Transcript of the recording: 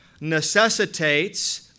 necessitates